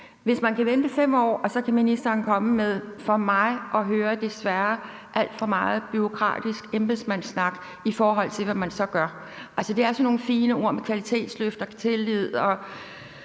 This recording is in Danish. bekymret, og så kan ministeren komme med for mig at høre desværre alt for meget bureaukratisk embedsmandssnak, i forhold til hvad man så gør. Altså, det er sådan nogle fine ord som kvalitetsløft, tillid